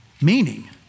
Meaning